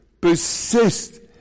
persist